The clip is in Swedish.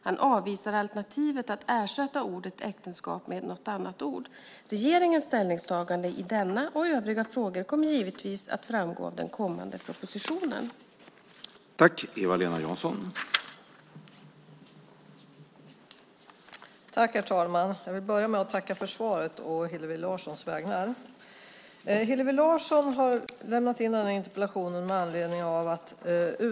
Han avvisar alternativet att ersätta ordet äktenskap med något annat ord. Regeringens ställningstagande i denna och övriga frågor kommer givetvis att framgå av den kommande propositionen. Då Hillevi Larsson, som framställt interpellationen, anmält att hon var förhindrad att närvara vid sammanträdet medgav talmannen att Eva-Lena Jansson i stället fick delta i överläggningen.